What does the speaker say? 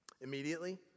immediately